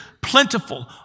plentiful